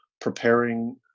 preparing